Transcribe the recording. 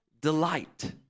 delight